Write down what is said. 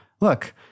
look